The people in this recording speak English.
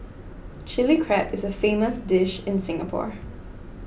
Chilli Crab is a famous dish in Singapore